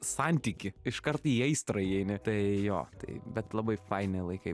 santykį iškart į aistrą įeini tai jo tai bet labai faini laikai